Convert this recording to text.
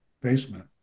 basement